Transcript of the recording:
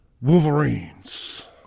Wolverines